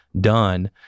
done